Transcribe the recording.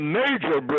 major